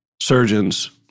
surgeons